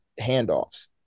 handoffs